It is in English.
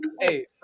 Hey